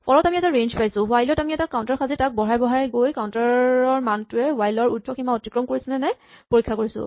for ত আমি এটা ৰেঞ্জ পাইছো হুৱাইল ত আমি এটা কাউন্টাৰ সাজি তাক বঢ়াই বঢ়াই গৈ কাউন্টাৰ ৰ মানটোৱে হুৱাইল ৰ উৰ্দ্ধসীমা অতিক্ৰম কৰিছে নে নাই পৰীক্ষা কৰিছো